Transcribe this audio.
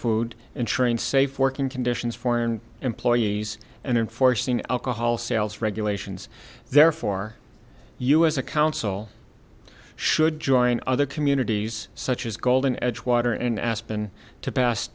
food ensuring safe working conditions foreign employees and enforcing alcohol sales regulations therefore you as a council should join other communities such as golden edgewater and aspen to